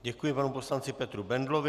Děkuji panu poslanci Petru Bendlovi.